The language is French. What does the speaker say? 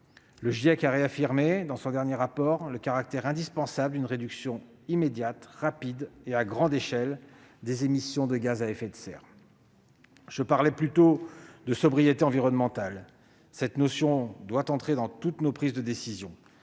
Le GIEC a réaffirmé, dans son dernier rapport, le caractère indispensable d'une réduction immédiate, rapide et à grande échelle des émissions de gaz à effet de serre. Je parlais plus tôt de sobriété environnementale. Cette notion doit être prise en compte dans toutes nos prises de décision.